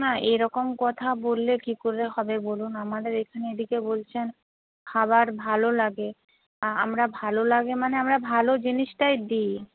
না এরকম কথা বললে কী করে হবে বলুন আমাদের এখানে এদিকে বলছেন খাবার ভালো লাগে আমরা ভালো লাগে মানে আমরা ভালো জিনিসটাই দিই